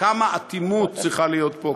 כמה אטימות צריכה להיות פה,